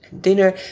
dinner